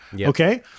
Okay